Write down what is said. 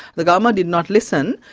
the government did not listen,